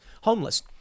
Homeless